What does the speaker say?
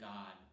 God